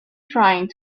trying